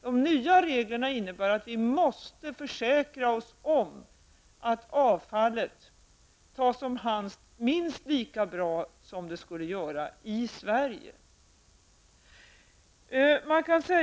De nya reglerna innebär att vi måste försäkra oss om att avfallet tas om hand minst lika bra i Sverige.